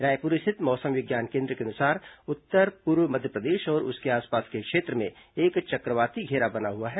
रायपुर स्थित मौसम विज्ञान केन्द्र के अनुसार उत्तर पूर्व मध्यप्रदेश और उसके आसपास के क्षेत्र में एक चक्रवाती घेरा बना हुआ है